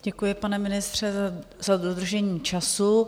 Děkuji, pane ministře, za dodržení času.